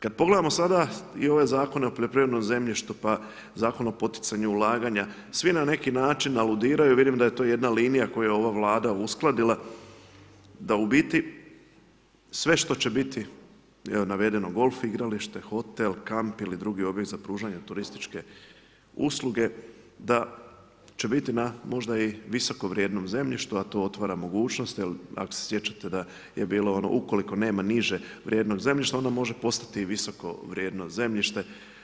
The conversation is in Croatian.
Kad pogledamo sada i ove zakone o poljoprivrednom zemljištu pa Zakon o poticanju ulaganja, svi na neki način aludiraju, vidim da je to jedna linija koju je ova Vlada uskladila da u biti sve što će biti, evo navedeno je i golf igralište, hotel, kamp ili drugi objekt za pružanje turističke usluge, da će biti i na možda visoko vrijednom zemljištu a to otvara mogućnost, ako se sjećate da je bilo ono ukoliko nema niže vrijednog zemljišta onda može postati visoko vrijedno zemljište.